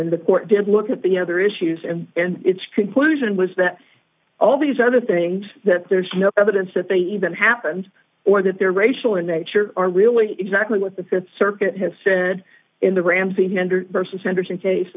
then the court did look at the other issues and and its conclusion was that all these other things that there's no evidence that they even happened or that they're racial in nature are really exactly what the th circuit has said in the ramsey tender